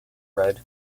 red